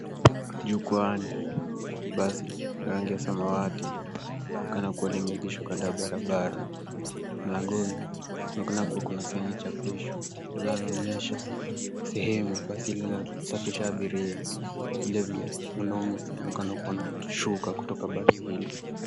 Jukwaani, basi la rangi ya samawati, inaonekana limeegeshwa kando ya barabara. Mlangoni kunaonekana kuna saini chapishwa linaloonyesha sehemu basi lina safirisha abiria. Vile vile mwanaume anaonekana kuwa anashuka kutoka basi hilo.